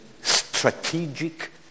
strategic